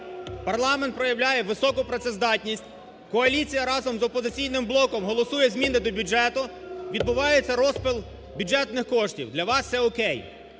парламент проявляє високу працездатність, коаліція разом з "Опозиційним блоком" голосує зміни до бюджету, відбувається розпил бюджетних коштів, для вас це окей.